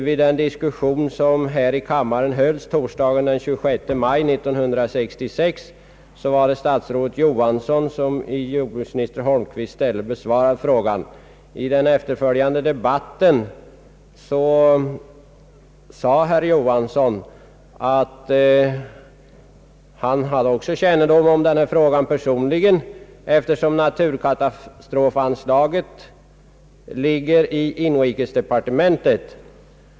Vid den diskussion som hölls här i kammaren torsdagen den 26 maj 1966 var det statsrådet Johansson som besvarade frågan i jordbruksministerns ställe. Vid den efterföljande debatten sade herr Johansson att han personligen hade kännedom om denna fråga, eftersom naturkatastrofanslaget handhas av inrikesdepartementet.